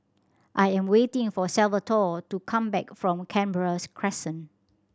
I am waiting for Salvatore to come back from Canberra Crescent